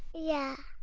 yeah!